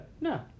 No